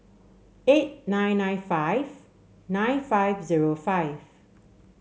eight nine nine five nine five zero five